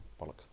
Bollocks